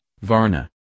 Varna